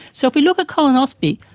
so if we look at colonoscopy,